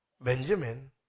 Benjamin